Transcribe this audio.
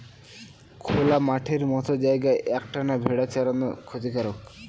খোলা মাঠের মত জায়গায় এক টানা ভেড়া চরানো ক্ষতিকারক